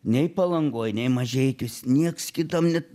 nei palangoj nei mažeikiuos nieks kitam net